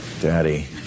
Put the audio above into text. daddy